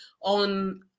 on